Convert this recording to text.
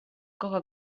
coca